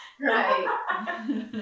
Right